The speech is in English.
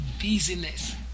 busyness